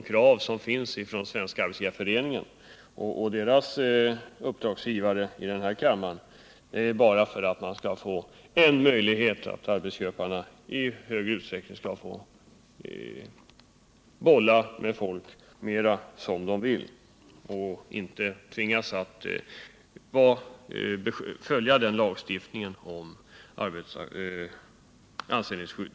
Syftet med dessa från Svenska arbetsgivareföreningen och dess företrädare här i kammaren är bara att ge arbetsköparna större möjligheter att bolla med folk utan att behöva hindras av gällande lagstiftning om anställningsskydd.